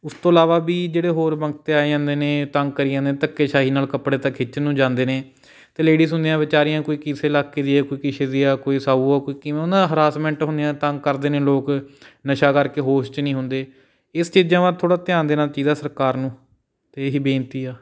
ਉਸ ਤੋਂ ਇਲਾਵਾ ਵੀ ਜਿਹੜੇ ਹੋਰ ਬੰਦੇ ਆਈ ਜਾਂਦੇ ਨੇ ਤੰਗ ਕਰੀ ਜਾਂਦੇ ਨੇ ਧੱਕੇਸ਼ਾਹੀ ਨਾਲ ਕੱਪੜੇ ਤੱਕ ਖਿੱਚਣ ਨੂੰ ਜਾਂਦੇ ਨੇ ਅਤੇ ਲੇਡੀਜ਼ ਹੁੰਦੀਆਂ ਬੇਚਾਰੀਆਂ ਕੋਈ ਕਿਸੇ ਇਲਾਕੇ ਦੀ ਹੈ ਕੋਈ ਕਿਸੇ ਦੀ ਹੈ ਕੋਈ ਸਾਊ ਹੈ ਕੋਈ ਕਿਵੇਂ ਉਨ੍ਹਾਂ ਹਰਾਸਮੈਂਟ ਹੁੰਦੇ ਆ ਤੰਗ ਕਰਦੇ ਨੇ ਲੋਕ ਨਸ਼ਾ ਕਰਕੇ ਹੋਸ਼ 'ਚ ਨਹੀਂ ਹੁੰਦੇ ਇਸ ਚੀਜ਼ਾਂ ਮਾ ਥੋੜ੍ਹਾ ਧਿਆਨ ਦੇਣਾ ਚਾਹੀਦਾ ਸਰਕਾਰ ਨੂੰ ਅਤੇ ਇਹੀ ਬੇਨਤੀ ਆ